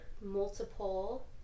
Multiple